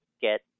get